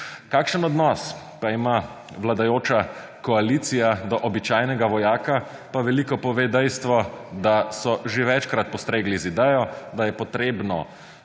Kakšen odnos pa ima vladajoča koalicija do običajnega vojaka, pa veliko pove dejstvo, da so že večkrat postregli z idejo, da je treba